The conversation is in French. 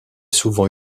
souvent